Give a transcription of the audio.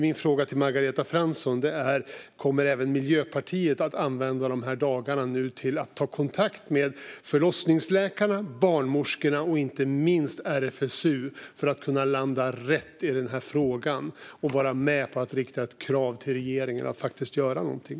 Min fråga till Margareta Fransson är: Kommer även Miljöpartiet att använda de här dagarna till att ta kontakt med förlossningsläkarna, barnmorskorna och inte minst RFSU för att kunna landa rätt i den här frågan och vara med på att rikta ett krav till regeringen att faktiskt göra någonting?